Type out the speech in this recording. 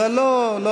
לא.